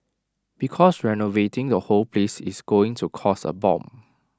because renovating the whole place is going to cost A bomb